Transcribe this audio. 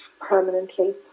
permanently